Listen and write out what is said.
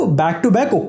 back-to-back